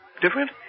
Different